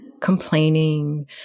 complaining